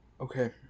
okay